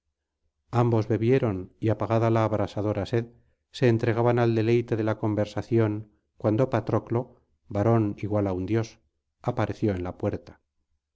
ambos bebieron y apagada la abrasadora sed se entregaban al deleite de la conversación cuando patroclo varón igual á un dios apareció en la puerta